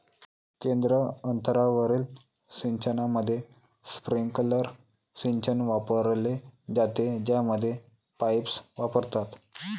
केंद्र अंतरावरील सिंचनामध्ये, स्प्रिंकलर सिंचन वापरले जाते, ज्यामध्ये पाईप्स वापरतात